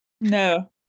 No